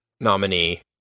nominee